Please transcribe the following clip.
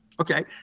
Okay